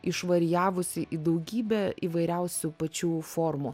išvarijavusi į daugybę įvairiausių pačių formų